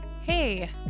Hey